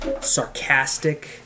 sarcastic